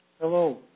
Hello